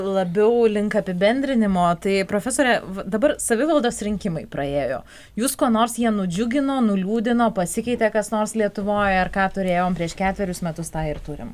labiau link apibendrinimo tai profesore dabar savivaldos rinkimai praėjo jus kuo nors jie nudžiugino nuliūdino pasikeitė kas nors lietuvoj ar ką turėjom prieš ketverius metus tą ir turim